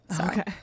Okay